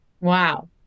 Wow